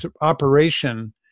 operation